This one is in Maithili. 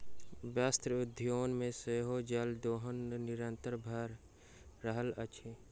वस्त्र उद्योग मे सेहो जल दोहन निरंतन भ रहल अछि